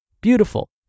beautiful